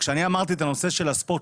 כשאני אמרתי את הנושא של הספורט,